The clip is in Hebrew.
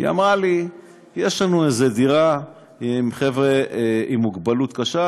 היא אמרה לי: יש לנו איזו דירה עם חבר'ה עם מוגבלות קשה,